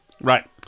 Right